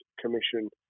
Commission